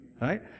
Right